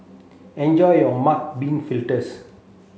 enjoy your mung bean fritters